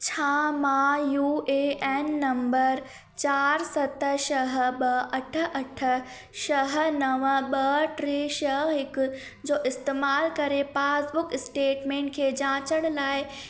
छा मां U A N number चार सत छ्ह ॿ अठ अठ छह नव ॿ टे छह हिक जो इस्तेमाल करे पासबुक स्टेटमेंट खे जांचण लाइ